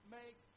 make